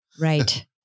Right